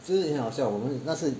其实也很好笑我们那时